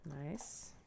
Nice